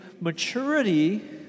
maturity